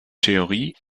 theorie